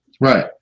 right